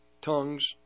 tongues